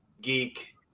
geek